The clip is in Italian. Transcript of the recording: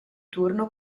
turno